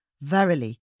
Verily